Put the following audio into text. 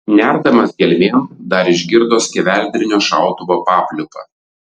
nerdamas gelmėn dar išgirdo skeveldrinio šautuvo papliūpą